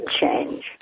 change